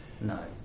No